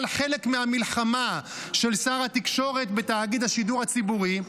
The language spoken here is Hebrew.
חלק מהמלחמה של שר התקשורת בתאגיד השידור הציבורי,